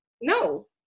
No